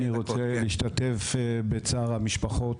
אני רוצה להשתתף בצער המשפחות,